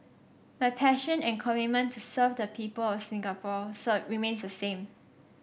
my passion and commitment to serve the people of Singapore remains the same